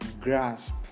grasp